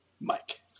Mike